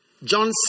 John